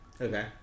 Okay